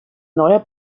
neuer